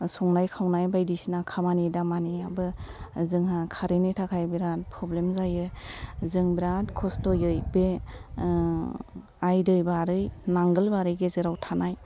संनाय खावनाय बायदिसिना खामानि दामानियावबो जोंहा कारेननि थाखाय बेराद प्रब्लेम जायो जों बेराद खस्थयै बे आइ दै बारै नांगोल बारि गेजेराव थानाय